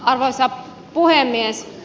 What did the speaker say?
arvoisa puhemies